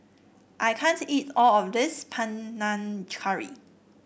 I can't eat all of this Panang Curry